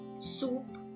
soup